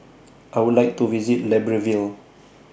I Would like to visit Libreville